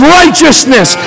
righteousness